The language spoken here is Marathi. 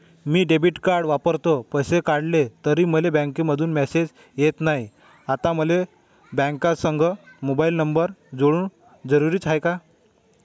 मी डेबिट कार्ड वापरतो, पैसे काढले तरी मले बँकेमंधून मेसेज येत नाय, आता मले बँकेसंग मोबाईल नंबर जोडन जरुरीच हाय का?